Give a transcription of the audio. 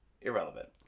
Irrelevant